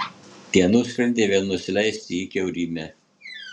tie nusprendė vėl nusileisti į kiaurymę